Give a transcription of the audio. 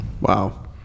Wow